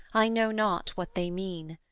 i know not what they mean,